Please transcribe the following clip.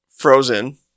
Frozen